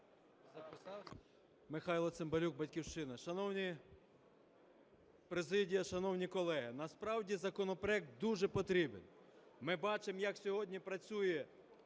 Михайло Цимбалюк, "Батьківщина". Шановна президія, шановні колеги! Насправді законопроект дуже потрібен. Ми бачимо, як сьогодні працює